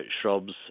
shrubs